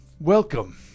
Welcome